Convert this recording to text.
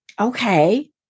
okay